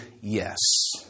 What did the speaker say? yes